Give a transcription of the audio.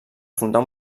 fundar